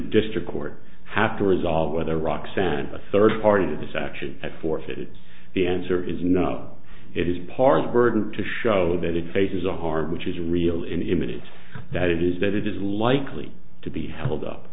district court have to resolve whether roxanne a third party to this action at forfeit is the answer is not it is part of the burden to show that it faces a heart which is real in images that it is that it is likely to be held up